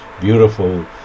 beautiful